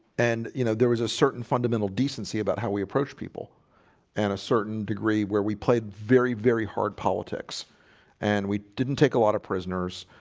and you know, there was a certain fundamental decency about how we approach people and a certain degree where we played very very hard politics and we didn't take a lot of prisoners,